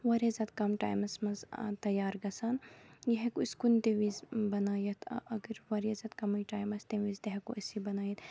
واریاہ زیادٕ کَم ٹایمَس منٛز تیار گَژھان یہِ ہیٚکو أسۍ کُنہِ تہِ وِز بنٲوِتھ اگر واریاہ زیادٕ کَمی ٹایم آسہِ تَمہِ وِز تہِ ہیٚکو أسۍ یہِ بنٲوِتھ